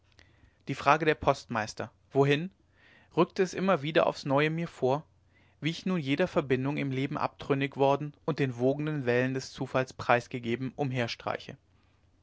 die frage der postmeister wohin rückte es immer wieder aufs neue mir vor wie ich nun jeder verbindung im leben abtrünnig worden und den wogenden wellen des zufalls preisgegeben